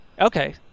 Okay